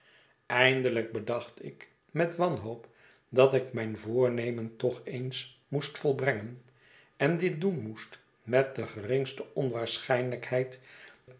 eindelijk bedacht ik met wanhoop dat ik mijn voornemen toch eens moest volbrengen en dit doen moest met de geringste onwaarschijnlykheid